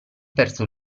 perso